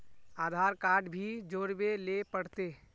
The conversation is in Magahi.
आधार कार्ड भी जोरबे ले पड़ते?